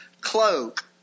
cloak